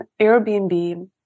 Airbnb